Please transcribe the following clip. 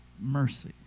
mercy